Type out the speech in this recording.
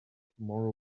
tomorrow